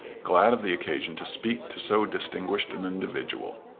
glad of the occasion to speak to so distinguished an individual.